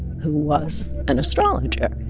who was an astrologer